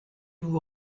vous